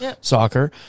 soccer